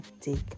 take